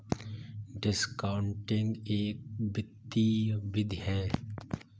discounting एक वित्तीय विधि है